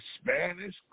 Spanish